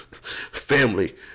Family